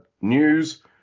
news